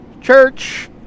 Church